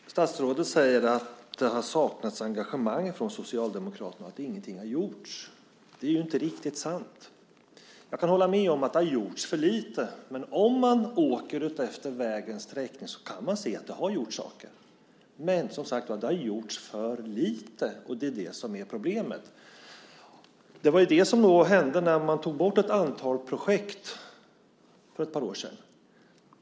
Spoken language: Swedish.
Fru talman! Statsrådet säger att det har saknats engagemang från Socialdemokraterna och att ingenting har gjorts. Det är ju inte riktigt sant. Jag kan hålla med om att det har gjorts för lite, men om man åker utefter vägens sträckning kan man se att det har gjorts saker. Men, som sagt var, det har gjorts för lite, och det är det som är problemet. Det var det som hände när man tog bort ett antal projekt för ett par år sedan.